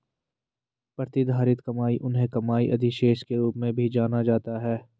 प्रतिधारित कमाई उन्हें कमाई अधिशेष के रूप में भी जाना जाता है